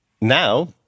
now